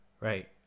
right